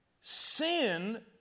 Sin